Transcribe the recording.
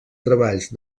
treballs